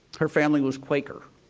her family was quaker